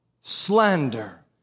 slander